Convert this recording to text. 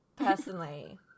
Personally